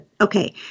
Okay